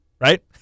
right